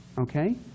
okay